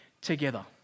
together